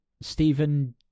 Stephen